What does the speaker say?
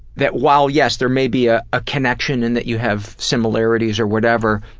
that while yes, there may be ah a connection and that you have similarities or whatever,